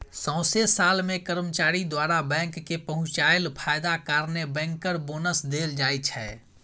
सौंसे साल मे कर्मचारी द्वारा बैंक केँ पहुँचाएल फायदा कारणेँ बैंकर बोनस देल जाइ छै